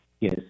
Yes